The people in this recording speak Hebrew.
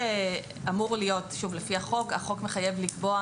אמור להיות - שוב לפי החוק, החוק מחייב לקבוע